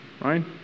right